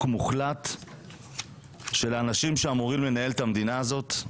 מוחלט של האנשים שאמורים לנהל את המדינה הזאת.